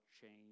change